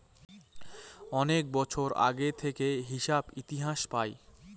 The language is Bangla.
অনেক বছর আগে থেকে হিসাব ইতিহাস পায়